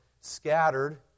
scattered